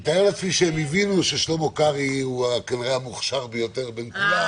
אני מתאר לעצמי שהם הבינו ששלמה קרעי הוא כנראה המוכשר ביותר מבין כולם,